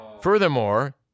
Furthermore